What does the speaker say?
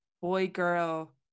boy-girl